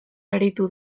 aritu